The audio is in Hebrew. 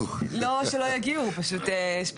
לא שלא יגיעו פשוט יש פה אנשים.